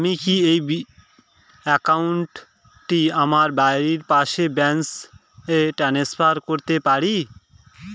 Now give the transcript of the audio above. আমি কি এই একাউন্ট টি আমার বাড়ির পাশের ব্রাঞ্চে ট্রান্সফার করতে পারি?